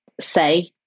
say